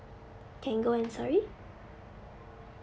can go and sorry